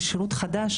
זה שירות חדש,